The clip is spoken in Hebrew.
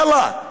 יאללה,